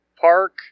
Park